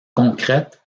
concrète